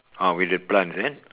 ah with the plants eh